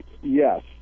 yes